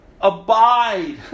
abide